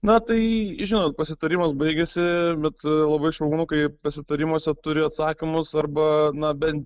na tai žinot pasitarimas baigėsi bet labai šaunu kai pasitarimuose turi atsakymus arba na bent